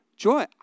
Joy